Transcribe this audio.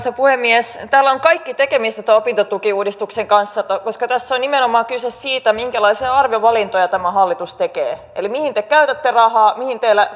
puhemies tällä kaikella on tekemistä tämän opintotukiuudistuksen kanssa koska tässä on nimenomaan kyse siitä minkälaisia arvovalintoja tämä hallitus tekee eli mihin te käytätte rahaa